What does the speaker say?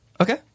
Okay